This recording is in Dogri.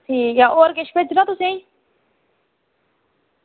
ठीक ऐ होर किश भेजनां तुसेंगी